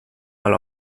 mal